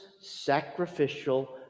sacrificial